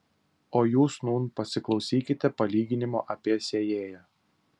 o jūs nūn pasiklausykite palyginimo apie sėjėją